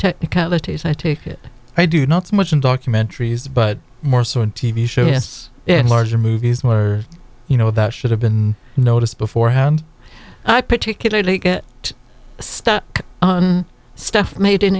technicalities i take it i do not so much in documentaries but more so in t v show yes in larger movies more you know about should have been noticed beforehand i particularly get stuck on stuff made in